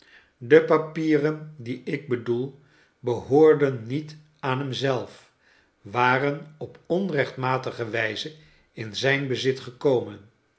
de papieren die ik bedoel behoorden niet aan hem zelf waren op onrechtmatig wijze in zijn bezit gekomen